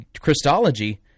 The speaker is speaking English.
Christology